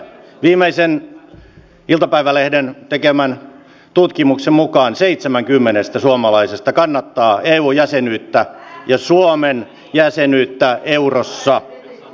viimeisen iltapäivälehden tekemän tutkimuksen mukaan seitsemän kymmenestä suomalaisesta kannattaa eu jäsenyyttä ja suomen jäsenyyttä eurossa